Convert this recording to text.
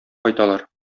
кайталар